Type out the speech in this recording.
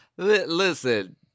Listen